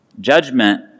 Judgment